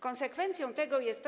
Konsekwencją tego jest to.